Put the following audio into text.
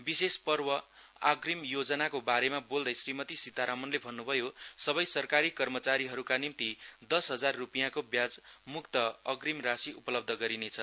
विशेष पर्व अग्रीम योजनाको बारेमा बोल्दै श्रीमती सितारामनले भन्नुभयोसबै सरकारी कर्मचारीहरुका निम्ति दस हजार रुपियाँको ब्याज मुक्त आग्रिम राशि उपलब्ध गरिनेछ